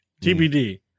TBD